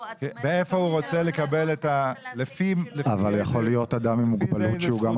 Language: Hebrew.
יכול להיות אדם עם מוגבלות שהוא גם ערבי.